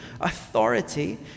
authority